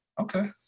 Okay